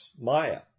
maya